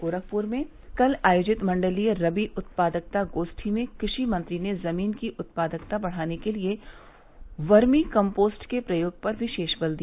गोरखपुर में कल आयोजित मण्डलीय रबी उत्पादकता गोप्ठी में कृषि मंत्री ने जमीन की उत्पादकता बढ़ाने के लिए वर्मी कम्पोस्ट के प्रयोग पर विशेष बल दिया